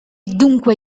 dunque